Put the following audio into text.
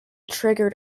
triggered